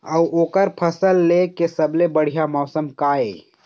अऊ ओकर फसल लेय के सबसे बढ़िया मौसम का ये?